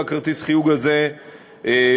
וכרטיס החיוג הזה מתחלף,